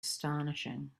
astonishing